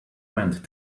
wand